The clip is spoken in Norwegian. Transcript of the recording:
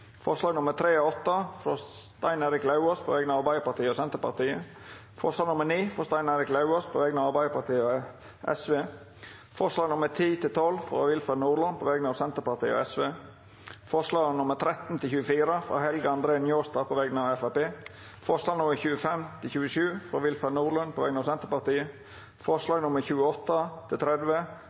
frå Stein Erik Lauvås på vegner av Arbeidarpartiet og Senterpartiet forslag nr. 9, frå Stein Erik Lauvås på vegner av Arbeidarpartiet og Sosialistisk Venstreparti forslaga nr. 10–12, frå Willfred Nordlund på vegner av Senterpartiet og Sosialistisk Venstreparti forslaga nr. 13–24, frå Helge André Njåstad på vegner av Framstegspartiet forslaga nr. 25–27, frå Willfred Nordlund på vegner av Senterpartiet forslaga nr. 28–30, frå Karin Andersen på vegner av Sosialistisk Venstreparti Det vert votert over forslaga nr. 28